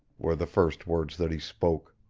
were the first words that he spoke.